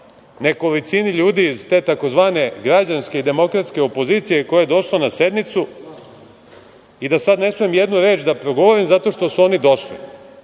nekolicini ljudi iz te takozvane građanske i demokratske opozicije koja je došla na sednicu i da sad ne smem jednu reč da progovorim zato što su oni došli,